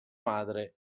madre